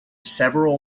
several